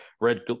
red